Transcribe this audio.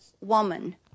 woman